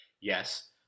yes